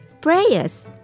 prayers